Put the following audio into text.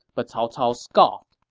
but cao cao scoffed.